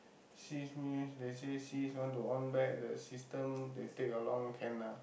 cease means they say cease want to on back the system they take a long can ah